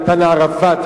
נתן לערפאת,